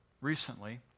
recently